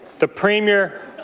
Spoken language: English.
the premier